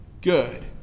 good